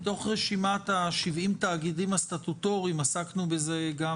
בתוך רשימת 70 התאגידים הסטטוטוריים עסקנו בזה גם